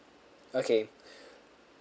okay